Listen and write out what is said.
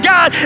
God